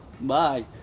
Bye